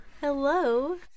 Hello